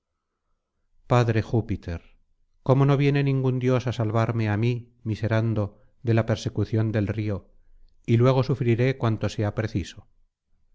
padre júpiter cómo no viene ningún dios á salvarme á mí miserando de la persecución del río y luego sufriré cuanto sea preciso